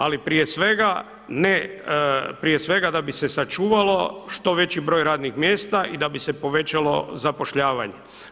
Ali prije svega, ne prije svega da bi se sačuvalo što veći broj radnih mjesta i da bi se povećalo zapošljavanje.